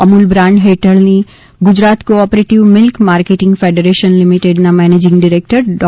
Amul brand હેઠળની Gujarat cooperative milk marketing federation લિમિટેડના managing director ડો